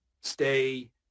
stay